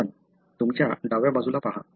पण तुमच्या डाव्या बाजूला पहा